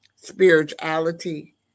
spirituality